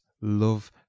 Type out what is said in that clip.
love